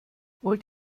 wollt